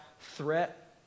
threat